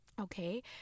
Okay